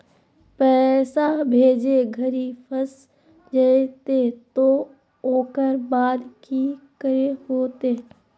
पैसा भेजे घरी फस जयते तो ओकर बाद की करे होते?